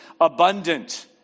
abundant